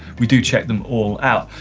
we do check them all out.